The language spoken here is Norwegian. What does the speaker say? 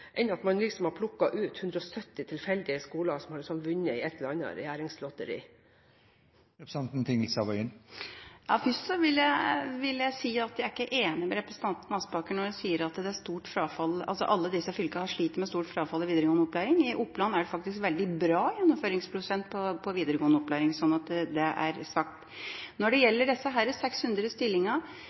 enn det som dekkes ved at man plukker ut 170 tilfeldige skoler, som liksom har vunnet i et eller annet regjeringslotteri? Først vil jeg si at jeg ikke er enig med representanten Aspaker når hun sier at alle disse fylkene sliter med stort frafall i videregående opplæring. I Oppland er det faktisk en veldig bra gjennomføringsprosent i videregående opplæring. – Så er det sagt. Når det gjelder de 600